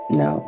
no